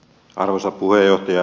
arvoisa puheenjohtaja